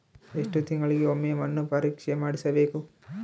ಎಷ್ಟು ತಿಂಗಳಿಗೆ ಒಮ್ಮೆ ಮಣ್ಣು ಪರೇಕ್ಷೆ ಮಾಡಿಸಬೇಕು?